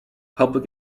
public